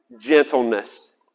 gentleness